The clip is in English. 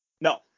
no